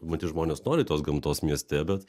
matyt žmonės nori tos gamtos mieste bet